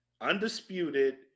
undisputed